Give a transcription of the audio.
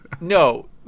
no